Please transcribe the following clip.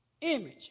image